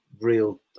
real